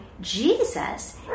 Jesus